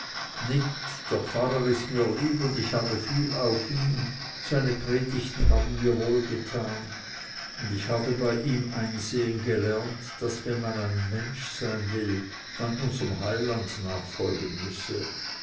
der pfarrer ist mir lieb und ich habe viel auf ihm seine predigten haben mir wohl getan und ich habe bei ihm einsehen gelernt daß wenn man ein mensch sein will man unserm heiland nachfolgen müsse